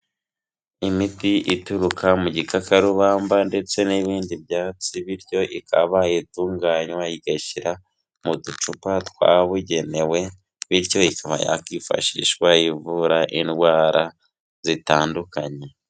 Imiti ituruka mu gikakarubamba ndetse n'ibindi byatsi, bityo ikaba itunganywa igashyira mu ducupa twabugenewe, bityo ikaba yakifashishwa ivura indwara zitandukanye.